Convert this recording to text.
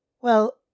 Well